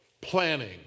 planning